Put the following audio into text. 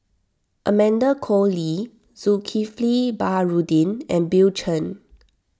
Amanda Koe Lee Zulkifli Baharudin and Bill Chen